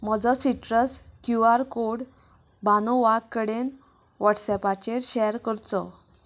म्हजो citrus Q R code बानू वाघ कडेन व्हॉट्सॅपाचेर शॅर करचो